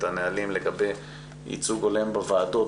את הנהלים לגבי ייצוג הולם בוועדות,